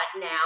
now